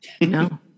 No